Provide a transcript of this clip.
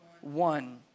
One